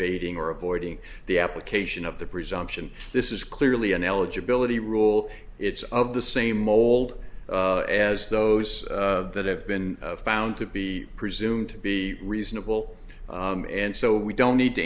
ding or avoiding the application of the presumption this is clearly an eligibility rule it's of the same old as those that have been found to be presumed to be reasonable and so we don't need to